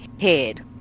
head